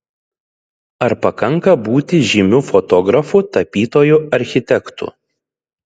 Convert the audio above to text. ar pakanka būti žymiu fotografu tapytoju architektu